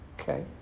Okay